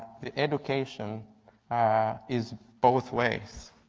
the education is both ways.